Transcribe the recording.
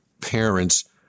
parents